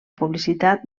publicitat